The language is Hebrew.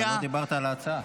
אבל לא דיברת על ההצעה.